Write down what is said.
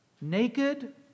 naked